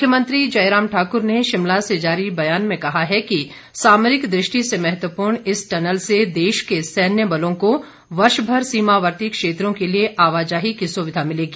मुख्यमंत्री जयराम ठाकुर ने शिमला से जारी बयान में कहा कि सामरिक दृष्टि से महत्वपूर्ण इस टनल से देश के सैन्य बलों को वर्षभर सीमावर्ती क्षेत्रों के लिए आवाजाही की सुविधा मिलेगी